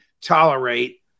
tolerate